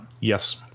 Yes